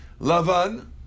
Lavan